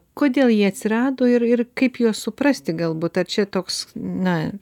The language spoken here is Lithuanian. kodėl jie atsirado ir ir kaip juos suprasti galbūt ar čia toks na